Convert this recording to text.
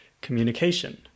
Communication